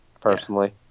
personally